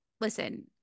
listen